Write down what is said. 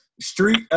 street